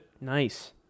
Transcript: Nice